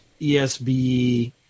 ESB